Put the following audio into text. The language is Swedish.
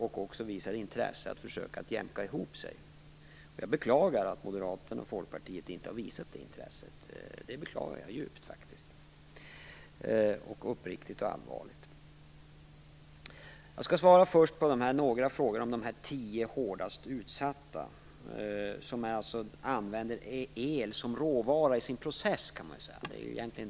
Man visar också intresse för att försöka jämka ihop sig. Jag beklagar att Moderaterna och Folkpartiet inte har visat ett sådant intresse. Det beklagar jag faktiskt djupt, uppriktigt och allvarligt. Inledningsvis skall jag ge svar på några av de frågor som ställts om de tio företag som är hårdast utsatta och som använder el som råvara i sin process.